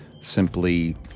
simply